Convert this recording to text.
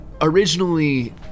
originally